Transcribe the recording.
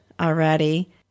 already